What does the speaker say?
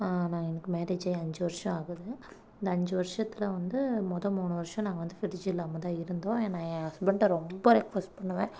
நான் எனக்கு மேரேஜ் ஆகி அஞ்சு வருஷம் ஆகுது இந்த அஞ்சு வருஷத்தில் வந்து முத மூணு வருஷம் நாங்கள் வந்து பிரிட்ஜ் இல்லாமல் தான் இருந்தோம் எ நான் என் ஹஸ்பண்ட்டை ரொம்ப ரெக்வெஸ்ட் பண்ணுவேன்